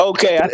Okay